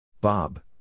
Bob